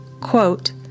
quote